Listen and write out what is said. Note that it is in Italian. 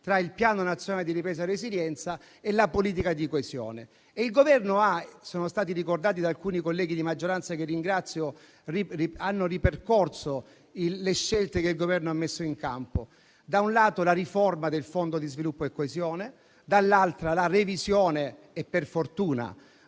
tra il Piano nazionale di ripresa e resilienza e la politica di coesione. Alcuni colleghi di maggioranza - che ringrazio - hanno ripercorso le scelte che il Governo ha messo in campo: da un lato, la riforma del Fondo di sviluppo e coesione, dall'altra la revisione - per fortuna